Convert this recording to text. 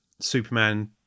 Superman